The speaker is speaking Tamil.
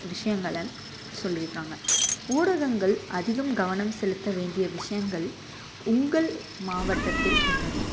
விஷயங்களை சொல்லிடுறாங்க ஊடகங்கள் அதிகம் கவனம் செலுத்த வேண்டிய விஷயங்கள் உங்கள் மாவட்டத்தில் உள்ளதா